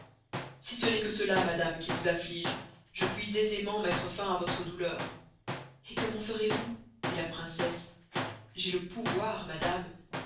si ce n'est que cela madame qui vous afflige je puis aisement mettre fin à vostre douleur et comment ferez-vous dit la princesse j'ay le pouvoir madame